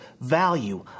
value